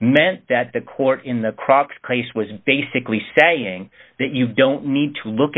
meant that the court in the croc's case was basically saying that you don't need to look